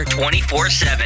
24-7